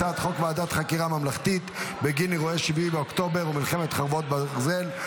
הצעת חוק ועדת חקירה ממלכתית בגין אירועי 7 באוקטובר ומלחמת חרבות ברזל,